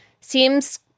Seems